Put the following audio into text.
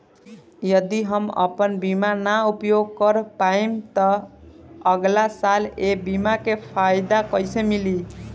यदि हम आपन बीमा ना उपयोग कर पाएम त अगलासाल ए बीमा के फाइदा कइसे मिली?